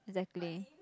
exactly